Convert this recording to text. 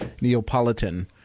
Neapolitan